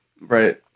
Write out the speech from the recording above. Right